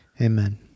Amen